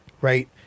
Right